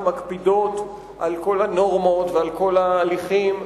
שמקפידות על כל הנורמות ועל כל ההליכים,